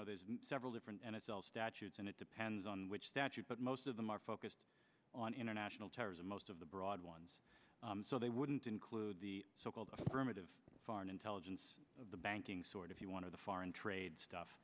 know there's several different and it's all statutes and it depends on which statute but most of them are focused on international terrorism most of the broad ones so they wouldn't include the so called affirmative foreign intelligence of the banking sort if you want to the foreign trade stuff